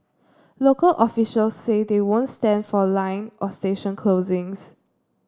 local officials say they won't stand for line or station closings